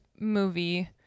movie